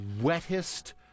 wettest